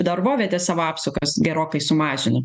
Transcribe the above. darbovietės savo apsukas gerokai sumažino